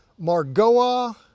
margoa